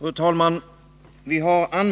Fru talman!